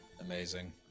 amazing